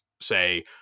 say